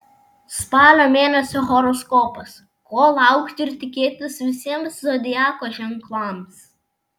spalio mėnesio horoskopas ko laukti ir tikėtis visiems zodiako ženklams